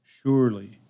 Surely